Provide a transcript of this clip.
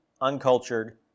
uncultured